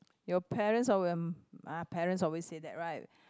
your parents all will ah parents always say that right